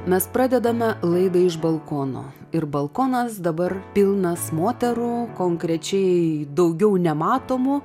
mes pradedame laidą iš balkono ir balkonas dabar pilnas moterų konkrečiai daugiau nematomų